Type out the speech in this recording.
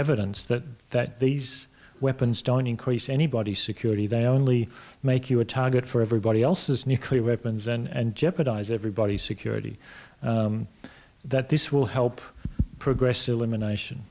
evidence that that these weapons don't increase anybody's security they only make you a target for everybody else's nuclear weapons and jeopardize everybody's security that this will help progress elimination